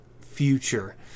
future